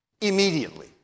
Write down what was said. immediately